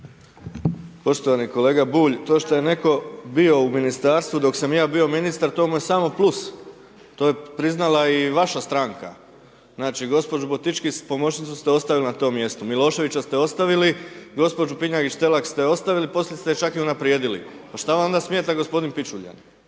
Poštovani kolega Bulj, to što je netko bio u Ministarstvu, dok sam ja bio ministar to mu je samo plus, to ej priznala i vaša stranka. Znači gđu. Botički pomoćnicu ste ostavili na tom mjestu, Miloševića ste ostavili, gđu. …/Govornik se ne razumije./… ste ostavili poslije ste ju čak i unaprijedili. Pa šta onda smeta g. Pičulja?